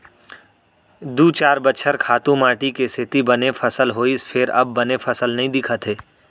दू चार बछर खातू माटी के सेती बने फसल होइस फेर अब बने फसल नइ दिखत हे